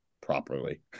properly